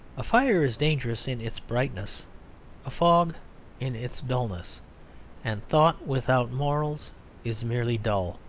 a fire is dangerous in its brightness a fog in its dulness and thought without morals is merely dull,